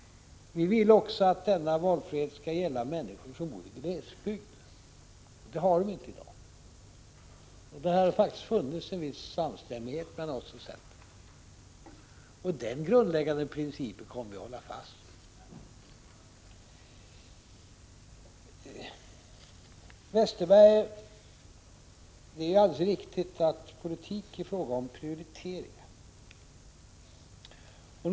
Vi vill att denna valfrihet också skall gälla människor som bor i glesbygd. De har ingen valfrihet i dag. Här har faktiskt funnits en viss samstämmighet mellan oss och centern. Den grundläggande principen kommer vi att hålla fast vid. Det är alldeles riktigt att politik är en fråga om prioriteringar, Bengt Westerberg.